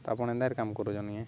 ତ ଆପଣ ଏନ୍ଦାର କାମ କରୁଛନ ନିଏ